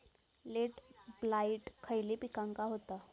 Late blight खयले पिकांका होता?